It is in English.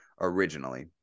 originally